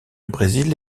brésil